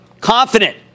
Confident